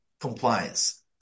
compliance